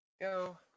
Go